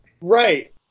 Right